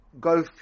go